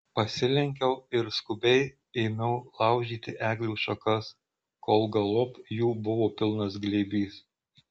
pasilenkiau ir skubiai ėmiau laužyti eglių šakas kol galop jų buvo pilnas glėbys